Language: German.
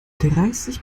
dreißig